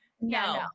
no